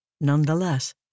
nonetheless